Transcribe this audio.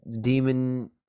demon